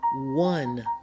one